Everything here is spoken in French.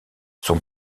son